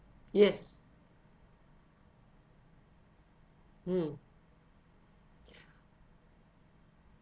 yes mm